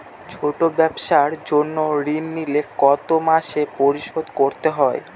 ছোট ব্যবসার জন্য ঋণ নিলে কত মাসে পরিশোধ করতে হয়?